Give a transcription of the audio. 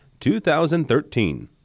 2013